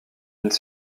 une